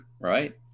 right